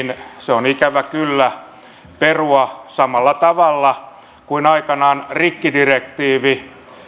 on ikävä kyllä perua samalla tavalla eusta kuin aikanaan rikkidirektiivi